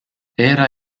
era